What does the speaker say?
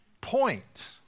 Point